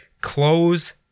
close